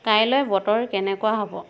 কাইলৈ বতৰ কেনেকুৱা হ'ব